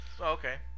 okay